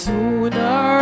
Sooner